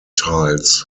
tiles